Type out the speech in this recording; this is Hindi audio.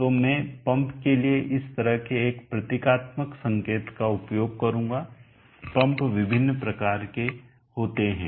तो मैं पंप के लिए इस तरह के एक प्रतीकात्मक संकेत का उपयोग करूंगा पंप विभिन्न प्रकार के होते हैं